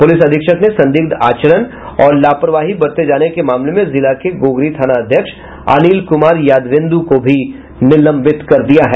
police अधीक्षक ने संदिग्ध आचरण और लापरवाही बरते जाने के मामले में जिला के गोगरी थानाध्यक्ष अनिल कुमार यादवेन्द् को भी निलंबित कर दिया है